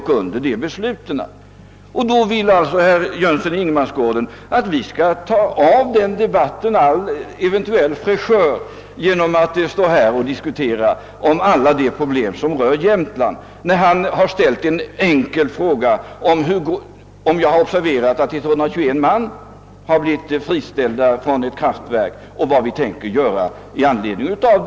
Herr Jönsson vill alltså att vi skall beröva den debatten all eventuell fräschör. genom att nu diskutera alla de problem som rör Jämtland. Han har ju endast ställt en enkel fråga, huruvida jag observerat att 121 man har blivit friställda från två kraftverksbyggen och frågat vad vi tänker göra i anledning därav.